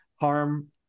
harm